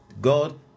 God